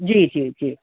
जी जी जी